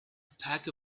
pack